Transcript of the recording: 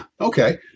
okay